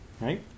right